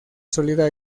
sólida